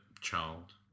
child